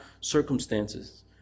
circumstances